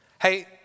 Hey